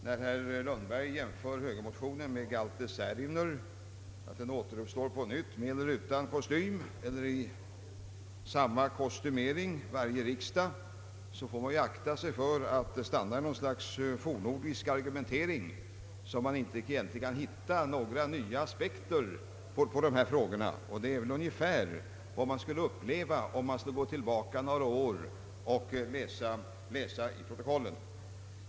När herr Lundberg jämför högermotionen med galten Särimner — att den skulle återuppstå på nytt med eller utan kostym eller i samma kostymering varje riksdag — så får man ju akta sig för att stanna i en fornnordisk argumentering så att man egentligen inte kan hitta några nya aspekter på dessa frågor. Den risken är stor för oppositionen och det är väl ungefär vad man skulle uppleva om man går tillbaka några år i protokollen.